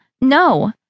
no